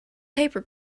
paper